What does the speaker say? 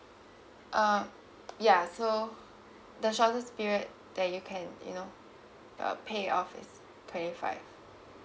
uh ya so the shortest period that you can you know uh pay off is twenty five